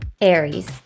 Aries